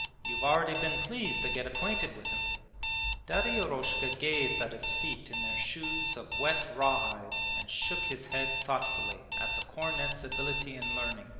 you've already been pleased to get acquainted with him daddy eroshka gazed at his feet in their shoes of wet raw hide and shook his head thoughtfully at the cornet's ability and learning,